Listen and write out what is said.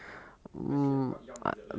I see like quite young like that leh